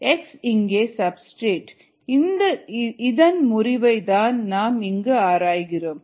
X இங்கே substrate இதன் முறிவை தான் நாம் இங்கு ஆராய்கிறோம்